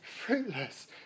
fruitless